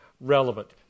relevant